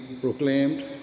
proclaimed